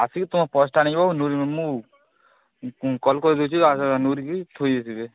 ଆସିକି ତୁମ ପର୍ସଟା ଆଣିବ ନୁରି ମୁଁ କଲ୍ କରି ଦେଉଛି ନୁରୀକି ଥୋଇ ଦେଇଥିବେ